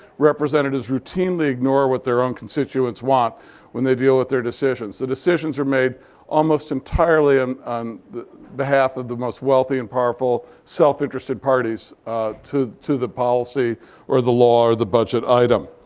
representatives routinely ignore what their own constituents want when they deal with their decisions. the decisions are made almost entirely um on behalf of the most wealthy and powerful, self-interested parties to to the policy or the law or the budget item.